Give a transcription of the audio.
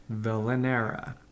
Villanera